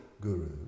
guru